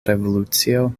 revolucio